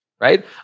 Right